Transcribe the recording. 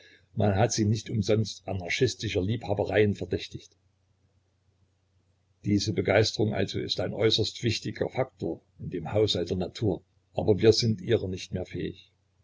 man hat sie nicht umsonst anarchistischer liebhabereien verdächtigt diese begeisterung also ist ein äußerst wichtiger faktor in dem haushalte der natur aber wir sind ihrer nicht mehr fähig